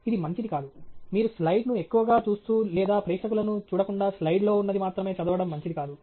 ఇది మంచిది కాదు మీరు స్లైడ్ను ఎక్కువగా చూస్తూ లేదా ప్రేక్షకులను చూడకుండా స్లయిడ్ లో ఉన్నది మాత్రమే చదవడం మంచిది కాదు